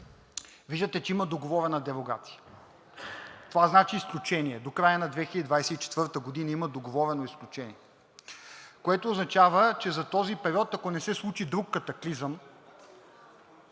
Виждате, че има договорена дерогация. Това значи изключение до края на 2024 г., има договорено изключение, което означава, че за този период, ако не се случи друг катаклизъм,